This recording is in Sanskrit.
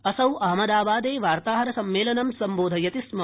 असौ अहमदाबादे वार्ताहरसम्मेलनं सम्बोधयति स्म